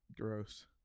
gross